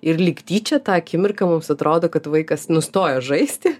ir lyg tyčia tą akimirką mums atrodo kad vaikas nustojo žaisti